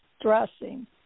dressing